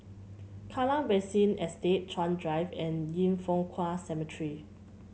Kallang Basin Estate Chuan Drive and Yin Foh Kuan Cemetery